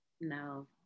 No